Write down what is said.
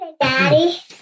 Daddy